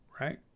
Right